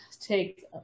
take